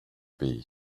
bee